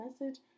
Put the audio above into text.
message